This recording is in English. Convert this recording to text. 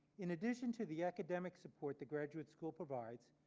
in addition to the academic support the graduate school provides,